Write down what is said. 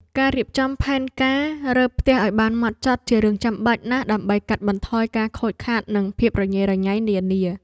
ការរៀបចំផែនការរើផ្ទះឱ្យបានហ្មត់ចត់ជារឿងចាំបាច់ណាស់ដើម្បីកាត់បន្ថយការខូចខាតនិងភាពរញ៉េរញ៉ៃនានា។